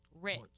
rich